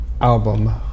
Album